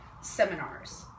seminars